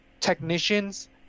technicians